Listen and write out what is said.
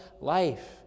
life